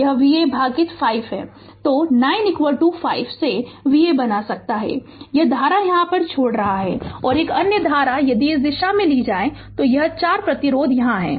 तो 9 5 से Va बना सकता है यह धारा छोड़ रहा है और एक अन्य धारा यदि इस दिशा में ले जाती है तो यह 4 प्रतिरोध यहां है